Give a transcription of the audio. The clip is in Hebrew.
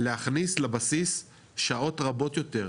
להכניס לבסיס שעות רבות יותר,